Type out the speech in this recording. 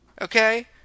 Okay